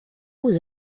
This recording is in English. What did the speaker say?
was